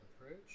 approach